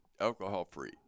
alcohol-free